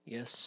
Yes